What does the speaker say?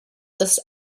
ist